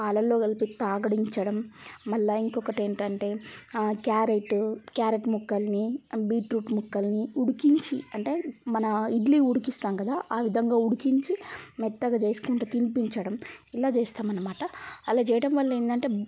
పాలల్లో కలిపి తాగడించడం మళ్ళా ఇంకొకటేంటంటే క్యారెట్ క్యారెట్ ముక్కల్ని బీట్రూట్ ముక్కల్ని ఉడికించి అంటే మన ఇడ్లీ ఉడికిస్తాం కదా ఆ విధంగా ఉడికించి మెత్తగా చేసుకుంట తినిపించడం ఇలా చేస్తామన్నమాట అలా చేయటం వల్ల ఏందంటే